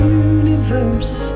universe